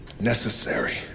necessary